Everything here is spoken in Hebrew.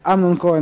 אמנון כהן,